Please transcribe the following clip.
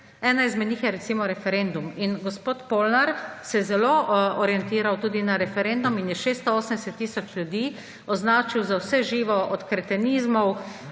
Ena izmed njih je recimo referendum. In gospod Polnar se je zelo orientiral tudi na referendum in je 680 tisoč ljudi označil za vse živo, od kretenizmov,